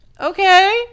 Okay